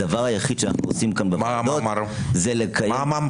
הדבר היחיד שאנחנו רוצים כאן בוועדות זה לקיים --- מה העם אמר?